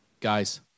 Guys